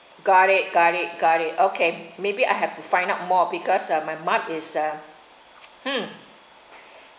got it got it got it okay maybe I have to find out more because my mom is a hmm